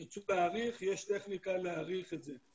ירצו להאריך יש טכניקה להאריך את זה,